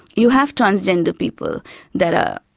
you have transgender people that are,